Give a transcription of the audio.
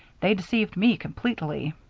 they deceived me completely.